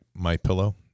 MyPillow